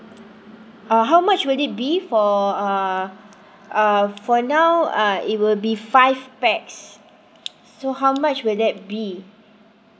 uh how much will it be for uh uh for now uh it will be five pax so how much will that be